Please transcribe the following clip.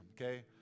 okay